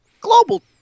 global